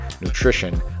nutrition